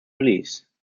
release